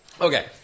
Okay